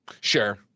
sure